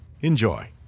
Enjoy